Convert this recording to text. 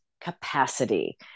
capacity